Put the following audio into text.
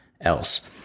else